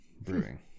Brewing